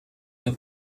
have